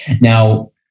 Now